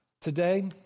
Today